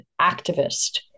activist